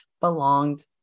belonged